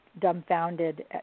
dumbfounded